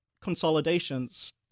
consolidations